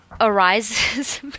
arises